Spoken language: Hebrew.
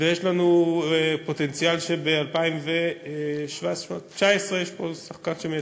יש לנו פוטנציאל שב-2019 יש פה שחקן שמייצר.